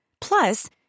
Plus